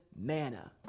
manna